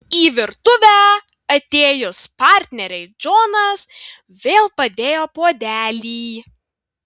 į virtuvę atėjus partnerei džonas vėl padėjo puodelį